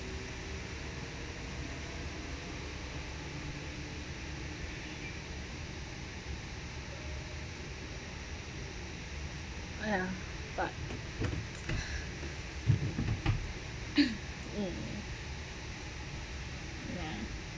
ya but mm